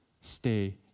stay